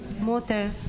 motor